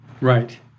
Right